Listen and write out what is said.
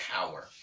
power